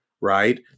right